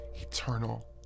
eternal